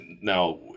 Now